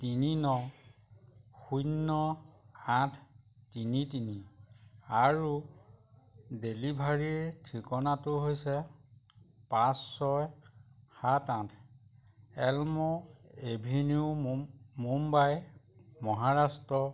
তিনি ন শূন্য আঠ তিনি তিনি আৰু ডেলিভাৰীৰ ঠিকনাটো হৈছে পাঁচ ছয় সাত আঠ এল্ম এভিনিউ মুম্বাই মহাৰাষ্ট্ৰ